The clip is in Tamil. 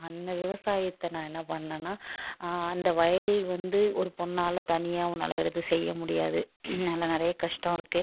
அந்த விவசாயத்தை நான் என்ன பண்ணிணேன்னா அந்த வயல் வந்து ஒரு பெண்ணால தனியாக உன்னால் எடுத்து செய்ய முடியாது அதில் நிறைய கஷ்டம் இருக்குது